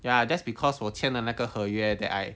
ya that's because 我签的那个合约 that I